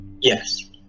Yes